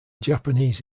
japanese